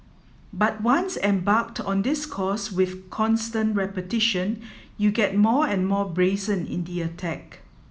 but once embarked on this course with constant repetition you get more and more brazen in the attack